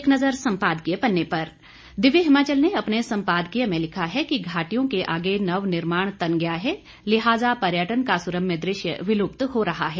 एक नजर संपादकीय पन्ने पर दिव्य हिमाचल ने अपने संपादकीय में लिखा है कि घाटियों के आगे नवनिर्माण तन गया है लिहाजा पर्यटन का सुरम्य दृश्य विलुप्त हो रहा है